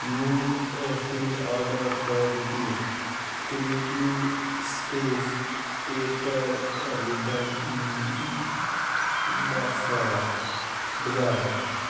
میون أخری آرڈر کر repeat creative space paper ribbon بَخار بَغار